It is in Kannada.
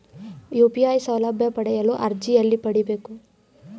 ಯು.ಪಿ.ಐ ಸೌಲಭ್ಯ ಪಡೆಯಲು ಅರ್ಜಿ ಎಲ್ಲಿ ಪಡಿಬೇಕು?